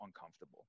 uncomfortable